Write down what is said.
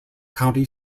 county